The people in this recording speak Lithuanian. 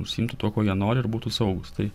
užsiimtų tuo ko jie nori ir būtų saugūs tai